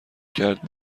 کرد